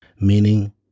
Meaning